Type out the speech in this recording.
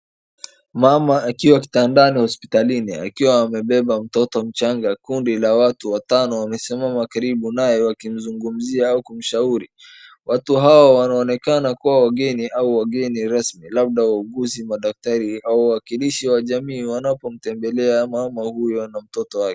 Mama akiwa kitandani hospitalini akiwa amebeba mtoto mchanga. Kundi la watu watano wamesimama karibu naye wakimzungumzia au kumshauri. Watu hao wanaonekana kuwa wageni au wageni rasmi labda wauguzi, madaktari au wawakilishi wa jamii wanapomtembelea mama huyo na mtoto wake.